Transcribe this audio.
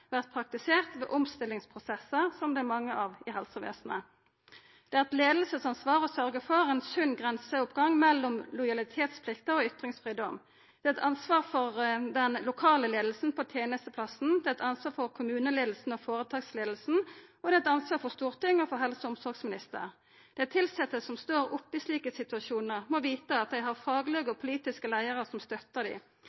vert praktisert ved omstillingsprosessar, som det er mange av i helsevesenet. Det er eit leiingsansvar å sørgja for ein sunn grenseoppgang mellom lojalitetsplikta og ytringsfridomen. Det er eit ansvar for den lokale leiinga på tenestestaden. Det er eit ansvar for kommuneleiinga og føretaksleiinga. Og det er eit ansvar for Stortinget og for helse- og omsorgsministeren. Dei tilsette som står oppi slike situasjonar, må vita at dei har faglege